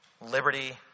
liberty